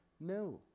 No